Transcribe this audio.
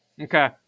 Okay